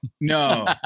no